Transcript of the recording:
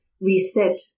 reset